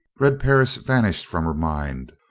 red perris vanished from her mind,